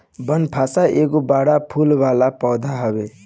बनफशा एगो बड़ फूल वाला पौधा हवे